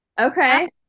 okay